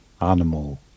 animal